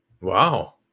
Wow